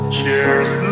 Cheers